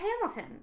Hamilton